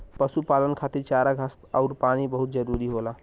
पशुपालन खातिर चारा घास आउर पानी बहुत जरूरी होला